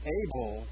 able